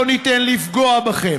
לא ניתן לפגוע בכם.